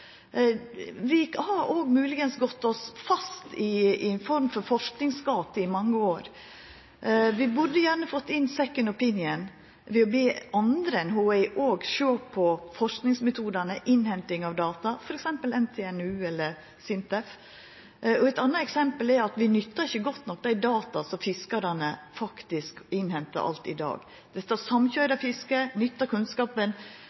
Vi har òg kan hende gått oss fast i ei form for forskingsgate i mange år. Vi burde gjerne fått inn ein «second opinion» ved å be òg andre enn Havforskningsinstituttet om å sjå på forskingsmetodane, innhenting av data – f.eks. NTNU eller SINTEF. Eit anna eksempel er at vi nyttar ikkje godt nok dei dataa som fiskarane faktisk innhentar alt i dag – dette med å samkøyra fisket, nytta kunnskapen